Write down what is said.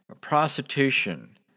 prostitution